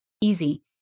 easy